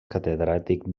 catedràtic